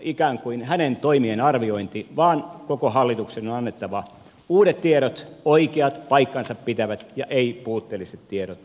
ikään kuin wallinin toimien arviointi vaan koko hallituksen on annettava uudet tiedot oikeat paikkansa pitävät ja ei puutteelliset tiedot eduskunnalle